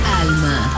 Alma